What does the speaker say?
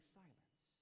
silence